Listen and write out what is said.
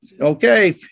Okay